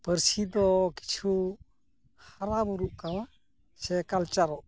ᱯᱟᱹᱨᱥᱤ ᱫᱚ ᱠᱤᱪᱷᱩ ᱦᱟᱨᱟ ᱵᱩᱨᱩᱜ ᱠᱟᱱᱟ ᱥᱮ ᱠᱟᱞᱪᱟᱨᱚᱜ ᱠᱟᱱᱟ